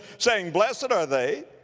saying, blessed are they